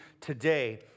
today